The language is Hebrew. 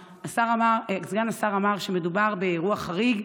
סגן השר אמר שמדובר באירוע חריג,